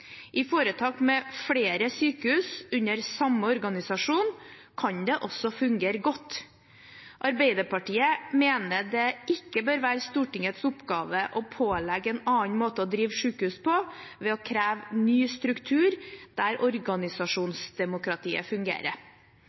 I foretak med flere sykehus under samme organisasjon kan det også fungere godt. Arbeiderpartiet mener det ikke bør være Stortingets oppgave å pålegge sykehus en annen måte å drive på, ved å kreve ny struktur der organisasjonsdemokratiet fungerer.